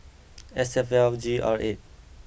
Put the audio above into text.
S F L G R eight